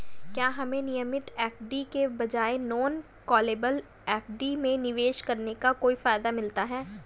क्या हमें नियमित एफ.डी के बजाय नॉन कॉलेबल एफ.डी में निवेश करने का कोई फायदा मिलता है?